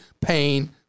pain